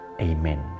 amen